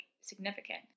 significant